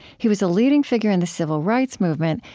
he was a leading figure in the civil rights movement,